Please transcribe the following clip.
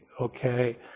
okay